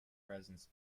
presents